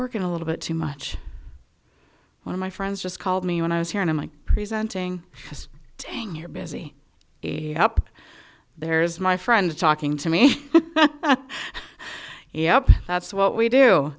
working a little bit too much one of my friends just called me when i was here and i'm like presenting this thing you're busy up there is my friend talking to me yeah that's what we do